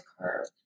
curve